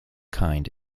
kind